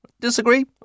Disagree